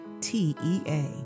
T-E-A